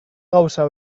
gauza